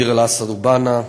דיר-אל-אסד ובענה,